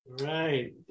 Right